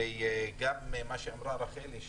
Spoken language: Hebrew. וגם מה שאמרה רחלי,